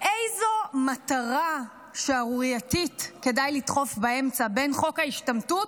איזו מטרה שערורייתית כדאי לדחוף באמצע בין חוק ההשתמטות